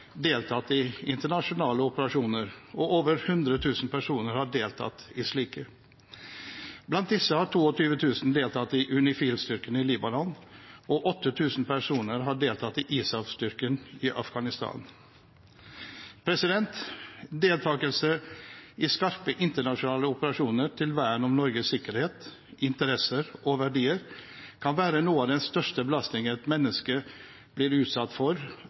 deltatt i internasjonale operasjoner, og over 100 000 personer har deltatt i slike. Blant disse har 22 000 deltatt i UNIFIL-styrken i Libanon, og 8 000 personer har deltatt i ISAF-styrken i Afghanistan. Deltakelse i skarpe internasjonale operasjoner til vern om Norges sikkerhet, interesser og verdier kan være noe av den største belastningen et menneske blir utsatt for,